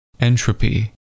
Entropy